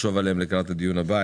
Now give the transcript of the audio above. לחשוב עליהם לקראת הדיון הבא.